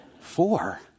Four